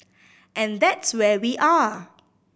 and that's where we are